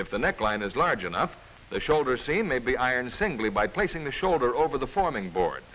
if the neckline is large enough the shoulder scene may be ironed singly by placing the shoulder over the forming board